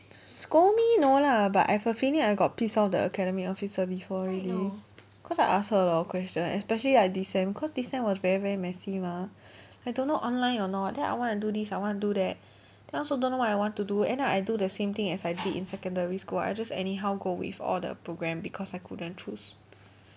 scold me no lah but I have a feeling I got piss off the academic officer before already cause I asked her a lot of question especially like this sem cause this sem was very very messy mah I don't know online or not then I wanna do this I wanna do that then I also don't know what I want to do then end up I do the same thing as I did in secondary school I just anyhow go with all the programme because I couldn't choose